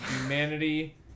Humanity